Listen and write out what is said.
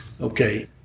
Okay